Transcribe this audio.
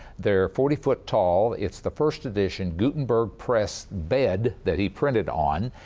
they're forty foot tall. it's the first edition gutenberg press bed that he printed on,